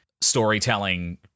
storytelling